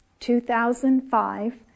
2005